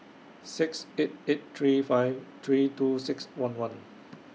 six eight eight three five three two six one one